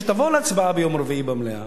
שתבוא להצבעה ביום רביעי במליאה,